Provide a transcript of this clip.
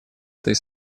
этой